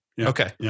Okay